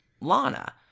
Lana